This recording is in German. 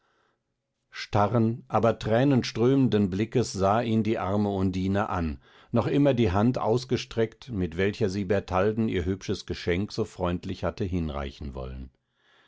starren aber tränenströmenden blickes sah ihn die arme undine an noch immer die hand ausgestreckt mit welcher sie bertalden ihr hübsches geschenk so freundlich hatte hinreichen wollen